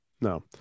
no